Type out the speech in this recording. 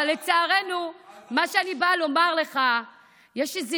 אבל לצערנו מה שאני באה לומר לך זה שיש איזו